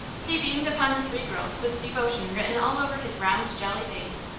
he beamed upon the three girls with devotion written all over his round, jolly face.